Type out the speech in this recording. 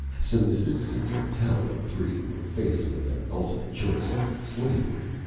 so the citizens of tallien three were faced with an ultimate choice of slavery,